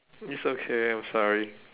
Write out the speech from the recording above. it's okay I'm sorry